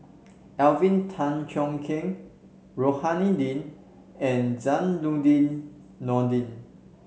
Alvin Tan Cheong Kheng Rohani Din and Zainudin Nordin